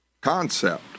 concept